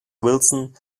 wilson